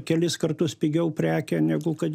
kelis kartus pigiau prekė negu kad